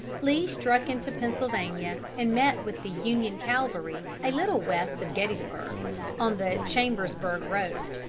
lee struck into pennsylvania and met with the union cavalry a little west of gettysburg on the chambersburg road.